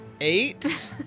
Eight